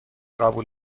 قبول